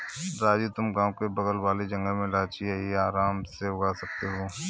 राजू तुम गांव के बगल वाले जंगल में इलायची आराम से उगा सकते हो